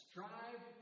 Strive